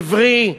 עברי,